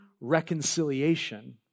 reconciliation